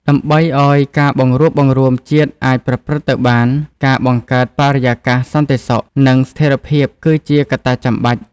ដើម្បីឱ្យការបង្រួបបង្រួមជាតិអាចប្រព្រឹត្តទៅបាន ការបង្កើតបរិយាកាសសន្តិសុខ និងស្ថិរភាពគឺជាកត្តាចាំបាច់។